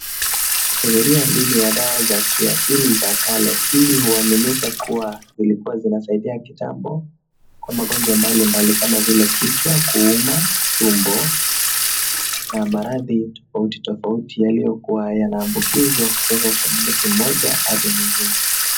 Kategoria hii ni ya dawa za kiasili za kale. Hizi huaminika kuwa zilikuwa zinasaidia kitambo kwa magonjwa mbalimbali kama vile kichwa kuuma, tumbo na maradhi tofauti tofauti yaliyokuwa yanaambukizwa kutoka kwa mtu mmoja hadi mwingine.